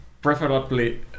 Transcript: preferably